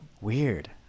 weird